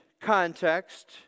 context